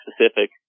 specific